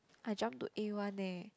I jump to a-one eh